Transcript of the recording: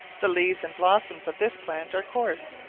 the leaves and blossoms of this plant are coarse,